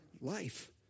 life